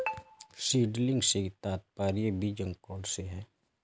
seedling से तात्पर्य बीज अंकुरण से है